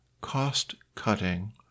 cost-cutting